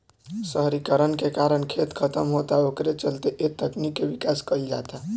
शहरीकरण के कारण खेत खतम होता ओकरे चलते ए तकनीक के विकास कईल जाता